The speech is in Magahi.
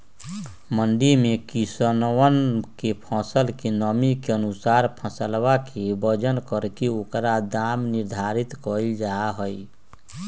मंडी में किसनवन के फसल के नमी के अनुसार फसलवा के वजन करके ओकर दाम निर्धारित कइल जाहई